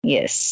Yes